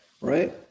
Right